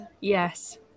yes